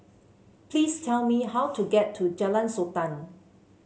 please tell me how to get to Jalan Sultan